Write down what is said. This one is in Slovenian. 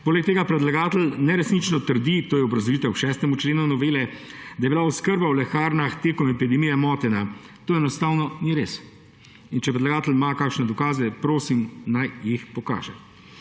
Poleg tega predlagatelj neresnično trdi, to je obrazložitev k 6. členu novele, da je bila oskrba v lekarnah med epidemijo motena. To enostavno ni res. In če predlagatelj ima kakšne dokaze, prosim, naj jih pokaže.